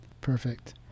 Perfect